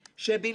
אין לי ספק